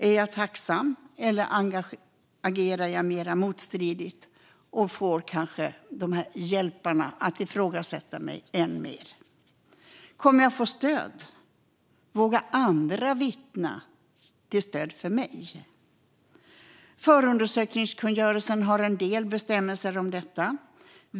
Är jag tacksam, eller agerar jag mer motstridigt, vilket kanske får de här "hjälparna" att ifrågasätta mig än mer? Kommer jag att få stöd? Vågar andra vittna till stöd för mig? Förundersökningskungörelsen har en del bestämmelser om detta.